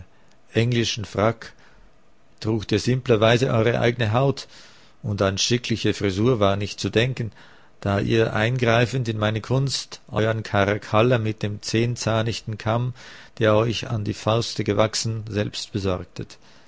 frack trugt ihr simplerweise eure eigne haut und an schickliche frisur war nicht zu denken da ihr eingreifend in meine kunst euern karakalla mit dem zehnzahnichten kamm der euch an die fauste gewachsen selbst besorgtet